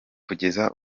kugeza